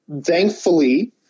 thankfully